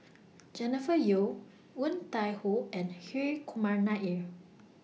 Jennifer Yeo Woon Tai Ho and Hri Kumar Nair